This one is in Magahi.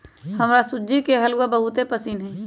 हमरा सूज्ज़ी के हलूआ बहुते पसिन्न हइ